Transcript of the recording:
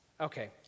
Okay